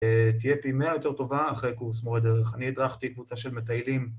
תהיה פי 100 יותר טובה אחרי קורס מורה דרך, אני הדרכתי קבוצה של מטיילים